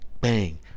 bang